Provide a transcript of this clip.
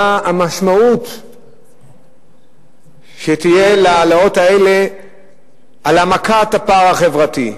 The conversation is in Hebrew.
מה המשמעות שתהיה להעלאות האלה על העמקת הפער החברתי,